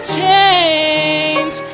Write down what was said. change